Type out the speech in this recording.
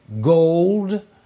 gold